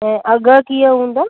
ऐं अघु कीअं हूंदा